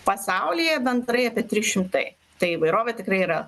pasaulyje bendrai apie trys šimtai tai įvairovė tikrai yra